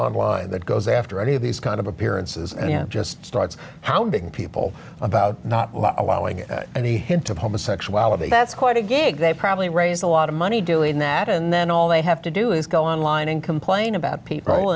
online that goes after any of these kind of appearances and you know just starts hounding people about not allowing any hint of homosexuality that's quite a gig they probably raise a lot of money doing that and then all they have to do is go online and complain about people